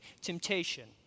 temptation